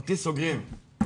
ואותי סוגרים.